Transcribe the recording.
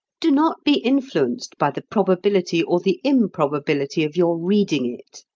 do not be influenced by the probability or the improbability of your reading it.